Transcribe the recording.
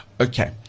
Okay